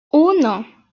uno